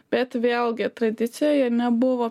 bet vėlgi tradicijoje nebuvo